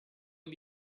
you